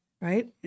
right